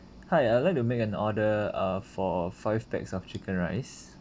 hi I'd like to make an order uh for five packs of chicken rice